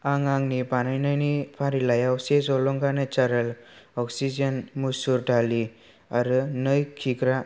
आं आंनि बानायनायनि फारिलाइयाव से जलंगा नेचारेल अक्सिजेन मुसुर दालि आरो नै किग्रा